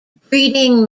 breeding